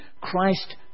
Christ